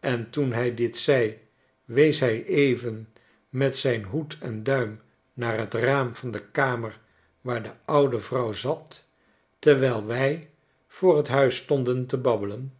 en toen hij dit zei wees hij even met zijn hoed en duim naar t raam van de kamer waar de oude vrouw zat terwijl wij voor t huis stonden te babbelen